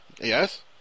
yes